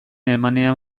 emanean